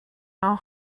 how